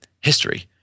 history